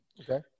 okay